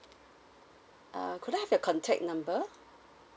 uh could I have your contact number